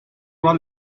voir